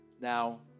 Now